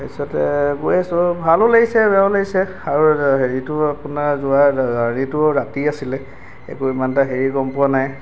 তাৰপিছতে গৈ আছো আৰু ভালো লাগিছে বেয়াও লাগিছে আৰু হেৰিটো আপোনাৰ যোৱা হেৰিটো ৰাতি আছিলে এইবোৰ ইমান এটা হেৰি গম পোৱা নাই